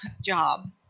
job